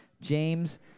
James